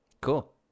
Cool